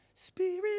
Spirit